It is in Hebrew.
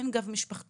אין גב משפחתי,